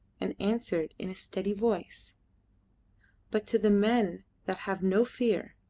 and answered in a steady voice but to the men that have no fear,